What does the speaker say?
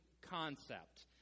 concept